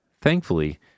Thankfully